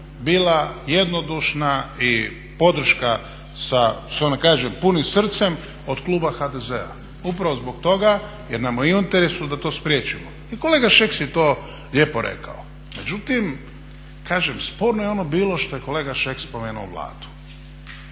bila jednodušna i podrška sa da kažem punim srcem od kluba HDZ-a. Upravo zbog toga jer nam je u interesu da to spriječimo i kolega Šeks je to lijepo rekao. Međutim, kažem sporno je ono bilo što je kolega Šeks spomenu Vladu.